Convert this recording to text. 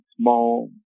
small